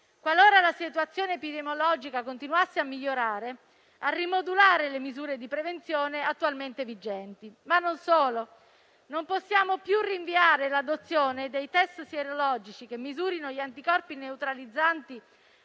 qualora la situazione epidemiologica continuasse a migliorare, a rimodulare le misure di prevenzione attualmente vigenti. Non solo, non possiamo più rinviare l'adozione dei test sierologici che misurino gli anticorpi neutralizzanti